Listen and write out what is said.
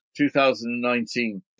2019